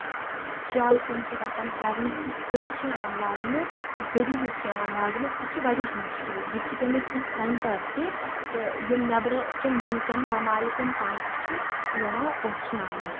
شالہٕ کٲم چھِ گژھان فیرنس یُس تِلہٕ چھُ یِوان لاگنہٕ ذٔری یُس چھِ یِوان لاگنہٕ سُہ چھُ واریاہ مَہشوٗر ییٚتہِ چھِ تَمِکۍ کیٚنٛہہ سینٹر تہِ یِم نٮ۪برٕ کٮ۪ن مُلکن مَمالکن تانۍ تہِ چھِ یِوان پوشناونہٕ